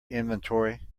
inventory